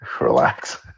relax